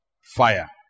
Fire